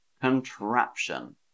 contraption